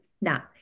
Now